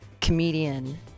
comedian